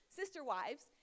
sister-wives